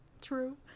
True